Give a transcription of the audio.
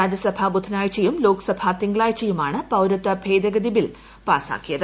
രാജ്യസഭ ബുധനാഴ്ചയും ലോക സഭ തിങ്കളാഴ്ചയുമാണ് പൌരത്വ ഭേദഗതി ബിൽ പാസാക്കിയത്